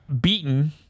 beaten